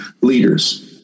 leaders